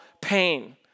pain